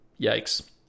Yikes